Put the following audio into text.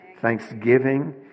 thanksgiving